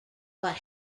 but